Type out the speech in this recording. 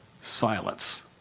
silence